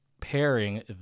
pairing